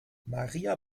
maria